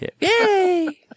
Yay